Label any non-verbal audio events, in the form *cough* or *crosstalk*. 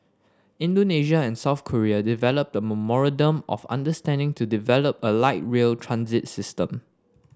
Indonesia and South Korea developed a *unintelligible* of understanding to develop a light rail transit system